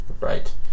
Right